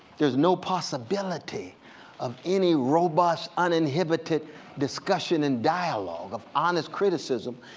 there's no possibility of any robust, uninhibited discussion and dialogue, of honest criticism,